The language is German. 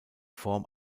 form